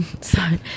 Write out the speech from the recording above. sorry